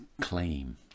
claim